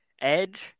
Edge